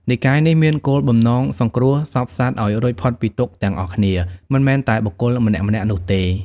និកាយនេះមានគោលបំណងសង្គ្រោះសព្វសត្វឱ្យរួចផុតពីទុក្ខទាំងអស់គ្នា មិនមែនតែបុគ្គលម្នាក់ៗនោះទេ។